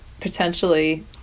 potentially